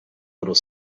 little